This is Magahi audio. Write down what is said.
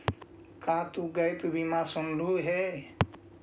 का तु गैप बीमा सुनलहुं हे?